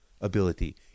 ability